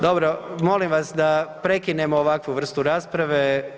Dobro, molim vas da prekinemo ovakvu vrstu rasprave.